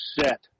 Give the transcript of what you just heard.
set